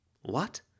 What